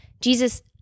Jesus